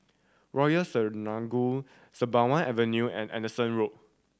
Royal Selangor Sembawang Avenue and Anderson Road